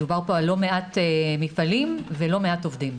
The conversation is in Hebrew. מדובר פה על לא מעט מפעלים ולא מעט עובדים.